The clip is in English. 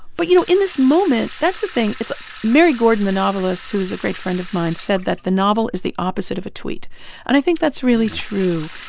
but, you know, in this moment, that's the thing it's mary gordon, the novelist, who is a great friend of mine, said that the novel is the opposite of a tweet and i think that's really true.